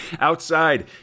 Outside